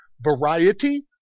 variety